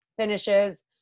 finishes